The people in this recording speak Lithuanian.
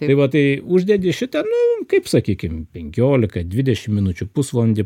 tai dabar tai uždedi šitą nu kaip sakykim penkioliką dvidešimt minučių pusvalandį